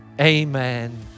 Amen